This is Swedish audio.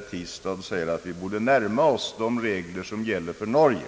Tistad säger att vi borde närma oss de regler för beskattning som gäller i Norge.